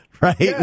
right